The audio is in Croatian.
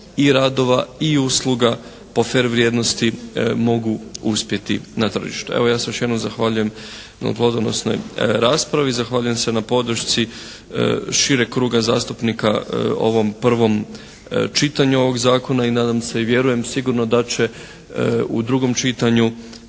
ne razumije./… vrijednosti mogu uspjeti na tržištu. Evo, ja se još jednom zahvaljujem na plodonosnoj raspravi. Zahvaljujem se na podršci šireg kruga zastupnika ovom prvom čitanju ovog Zakona i nadam se i vjerujem sigurno da će u drugom čitanju